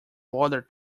bother